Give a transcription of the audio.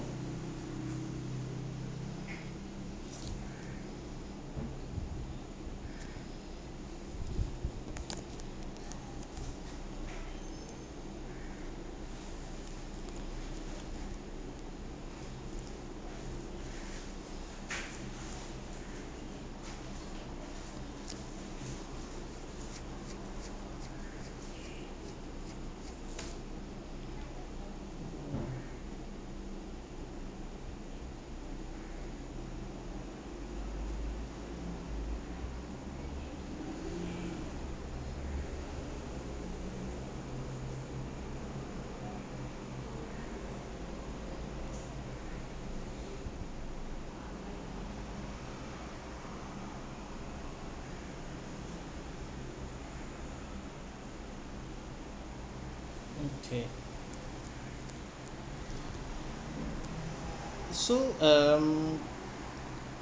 okay so um